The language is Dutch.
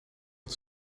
dat